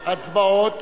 להצבעות.